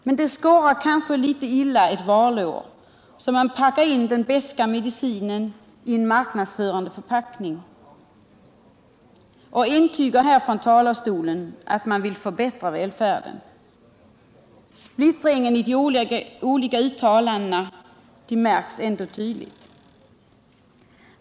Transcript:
Men det skorrar kanske litet illa ett valår, så man slår in den beska medicinen i en marknadsförande förpackning och betygar här från talarstolen att man vill förbättra välfärden. Splittringen i de olika uttalandena märks ändå tydligt.